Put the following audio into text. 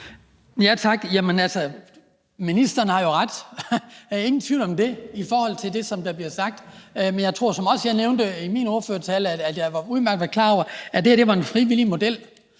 Tak. Ministeren har jo ret – ingen tvivl om det – i forhold til det, der bliver sagt, men jeg tror, som også jeg nævnte i min ordførertale, at jeg udmærket var klar over, at det her var en frivillig model.